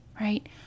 right